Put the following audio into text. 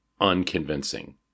unconvincing